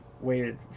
waited